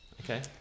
Okay